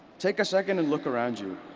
take a second and look around you.